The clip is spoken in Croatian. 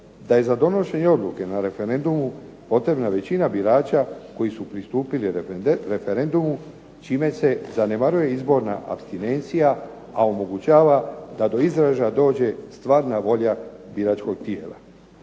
da je za donošenje odluke na referendumu potrebna većina birača koji su pristupili referendumu čime se zanemaruje izborna apstinencija, a omogućava da do izražaja dođe stvarna volja biračkog tijela.